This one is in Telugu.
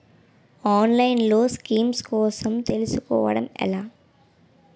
ఆన్లైన్లో స్కీమ్స్ కోసం తెలుసుకోవడం ఎలా?